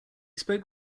spoke